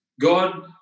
God